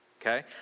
okay